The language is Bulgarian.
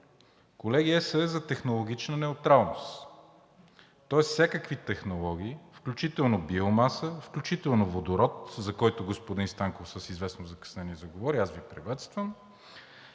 Колеги, ЕС е за технологична неутралност. Тоест всякакви технологии, включително биомаса, включително водород, за който господин Станков с известно закъснение заговори – аз Ви приветствам,